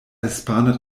hispana